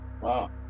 Wow